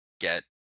get